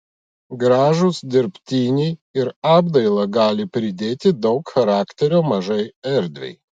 gražūs dirbtiniai ir apdaila gali pridėti daug charakterio mažai erdvei